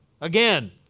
again